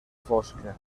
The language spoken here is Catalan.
fosca